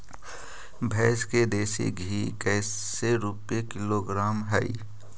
भैंस के देसी घी कैसे रूपये किलोग्राम हई?